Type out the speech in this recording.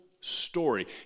story